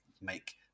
make